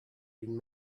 been